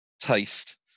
taste